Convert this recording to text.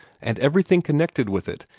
and everything connected with it,